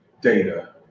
data